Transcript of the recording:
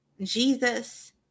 jesus